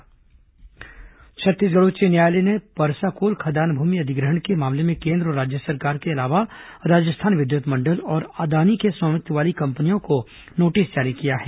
high court Parsa मामला छत्तीसगढ़ उच्च न्यायालय ने परसा कोल खदान भूमि अधिग्रहण के मामले में केन्द्र और राज्य सरकार के अलावा राजस्थान विद्युत मंडल और अदानी के स्वामित्व वाली कंपनियों को नोटिस जारी किया है